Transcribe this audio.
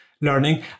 learning